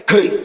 Hey